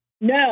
No